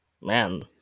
Man